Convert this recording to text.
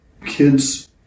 kids